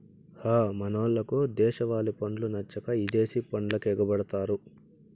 హ మనోళ్లకు దేశవాలి పండ్లు నచ్చక ఇదేశి పండ్లకెగపడతారు